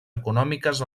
econòmiques